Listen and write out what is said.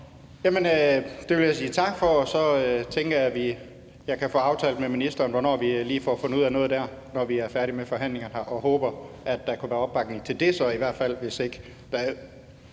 tak for, og så tænker jeg, jeg kan få aftalt med ministeren, hvornår vi lige får fundet ud af noget der, når vi er færdige med forhandlingerne her. Og jeg håber, der så i hvert fald kunne være opbakning til det, hvis ikke der –